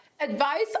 Advice